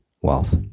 wealth